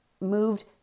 moved